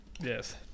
Yes